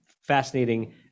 fascinating